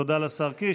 תודה לשר קיש.